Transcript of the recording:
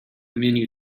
menu